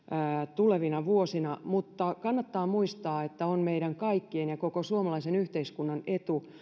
tulevina vuosina mutta kannattaa muistaa että on meidän kaikkien ja koko suomalaisen yhteiskunnan etu